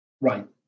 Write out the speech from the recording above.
Right